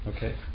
Okay